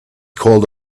called